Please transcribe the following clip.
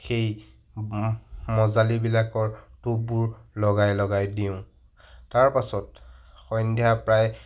সেই মজালিবিলাকৰ টোপবোৰ লগাই লগাই দিওঁ তাৰ পাছত সন্ধ্য়া প্ৰায়